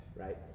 right